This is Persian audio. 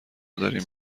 داریم